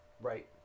Right